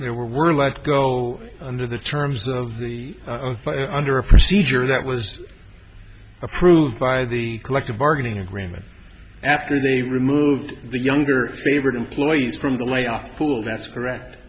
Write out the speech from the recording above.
but they were they were let go under the terms of the under a procedure that was approved by the collective bargaining agreement after they removed the younger favorite employees from the layoff pool that's correct